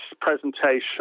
presentation